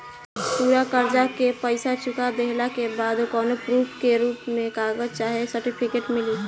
पूरा कर्जा के पईसा चुका देहला के बाद कौनो प्रूफ के रूप में कागज चाहे सर्टिफिकेट मिली?